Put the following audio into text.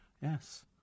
Yes